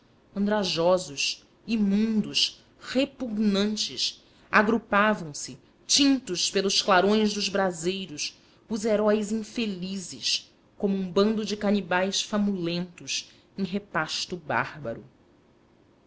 andrajosos imundos repugnantes agrupavam se tintos pelos clarões dos braseiros os heróis infelizes como um bando de canibais famulentos em repasto bárbaro